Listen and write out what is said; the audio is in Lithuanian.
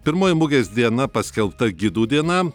pirmoji mugės diena paskelbta gidų diena